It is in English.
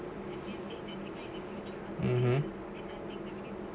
(uh huh)